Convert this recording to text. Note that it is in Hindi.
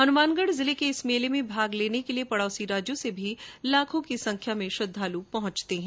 हनुमानगढ़ जिले के इस मेले में भाग लेने के लिए पड़ौसी राज्यों से भी लाखों की संख्या में श्रद्वालु पहुंचते हैं